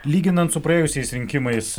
lyginant su praėjusiais rinkimais